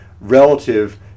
relative